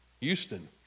Houston